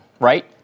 right